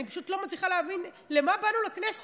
אני פשוט לא מצליחה להבין לְמה באנו לכנסת.